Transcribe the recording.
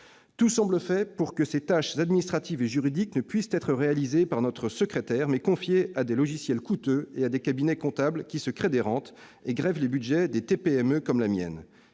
Tout semble fait pour que toutes ces tâches administratives et juridiques ne puissent être réalisées par notre secrétaire mais confiées à des logiciels coûteux ou à des cabinets comptables qui se créent des rentes et grèvent les budgets des TPME comme la mienne